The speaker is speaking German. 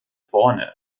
vorne